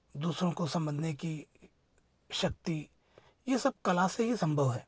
दूसरों को समझने की शक्ति ये सब कला से ही संभव है